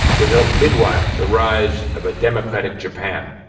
would help midwife the rise of a democratic japan.